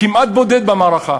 כמעט בודד במערכה,